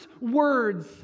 words